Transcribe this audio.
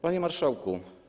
Panie Marszałku!